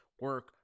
Work